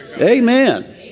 Amen